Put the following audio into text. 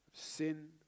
Sin